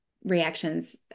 reactions